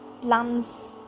plums